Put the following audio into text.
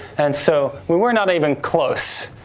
and so, we were not even close,